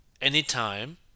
anytime